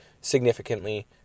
significantly